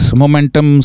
momentum